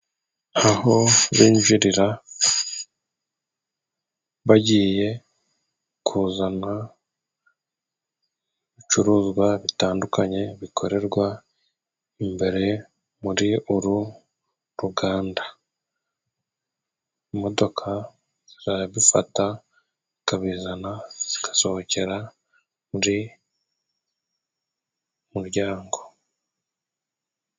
Aho binjirira bagiye kuzana ibicuruzwa bitandukanye, bikorerwa imbere muri uru ruganda. Imodoka zirabifata zikabizana, zigasohokera buri muryango